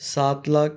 سات لاکھ